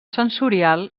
sensorial